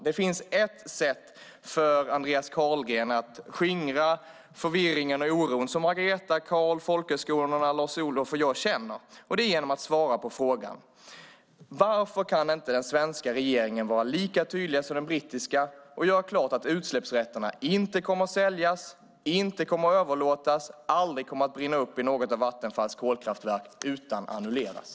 Det finns ett sätt för Andreas Carlgren att skingra förvirringen och oron som Margareta, Karl, folkhögskolorna, Lars-Olof och jag känner, och det är att svara på frågan: Varför kan inte den svenska regeringen vara lika tydlig som den brittiska och göra klart att utsläppsrätterna inte kommer att säljas, inte kommer att överlåtas, aldrig kommer att brinna upp i något av Vattenfalls kolkraftverk, utan annulleras?